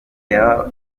yaba